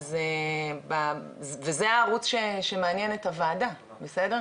אז זה הערוץ שמעניין את הוועדה, בסדר?